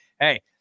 hey